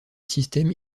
système